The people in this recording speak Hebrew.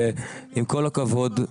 ועם כל הכבוד,